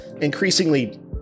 increasingly